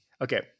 Okay